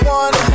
one